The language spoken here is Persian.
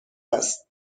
است